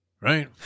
Right